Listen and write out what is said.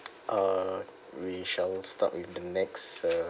uh we shall start with the next uh